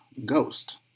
Ghost